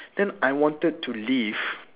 then I wanted to leave